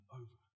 over